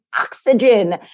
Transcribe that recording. oxygen